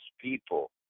people